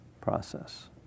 process